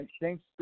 Thanks